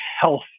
health